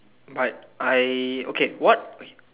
but I okay what